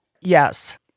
Yes